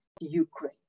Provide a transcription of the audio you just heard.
Ukraine